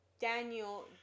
Daniel